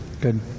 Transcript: Good